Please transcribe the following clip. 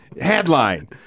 Headline